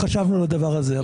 חשבנו על הדבר הזה.